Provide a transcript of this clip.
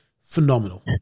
phenomenal